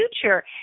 future